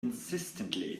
insistently